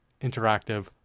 interactive